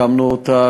הקמנו אותה,